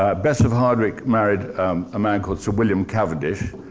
ah bess of hardwick married a man called sir william cavendish.